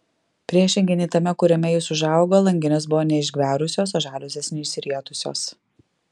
priešingai nei tame kuriame jis užaugo langinės buvo neišgverusios o žaliuzės neišsirietusios